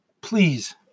please